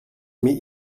meet